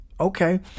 Okay